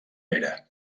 era